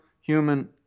human